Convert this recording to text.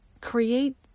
create